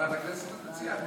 בוועדת הכנסת את מציעה?